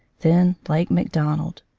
then lake macdonald.